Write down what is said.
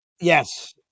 Yes